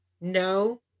no